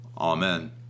Amen